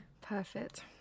Perfect